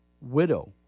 widow